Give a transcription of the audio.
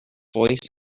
voice